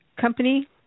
company